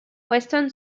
weston